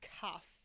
cuff